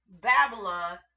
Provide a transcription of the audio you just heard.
Babylon